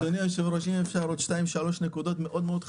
אדוני היושב-ראש, עוד כמה נקודות חשובות מאוד.